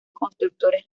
constructores